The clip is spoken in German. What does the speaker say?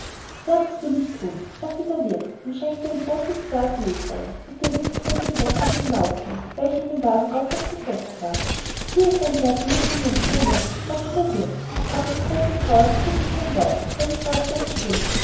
ja das will ich thun sagte der wirt und schenkte ein großes glas meth ein mit dem er zur toten großmutter hinausging welche in dem wagen aufrecht gesetzt war hier ist ein glas meth von ihrem sohne sagte der wirt aber die tote frau erwiderte kein wort sondern saß ganz still